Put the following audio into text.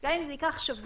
גם אם זה ייקח שבוע,